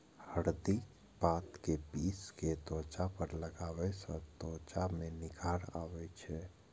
हरदिक पात कें पीस कें त्वचा पर लगाबै सं त्वचा मे निखार आबै छै